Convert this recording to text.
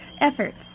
Efforts